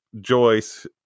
Joyce